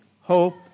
hope